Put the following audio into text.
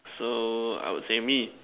so I would say me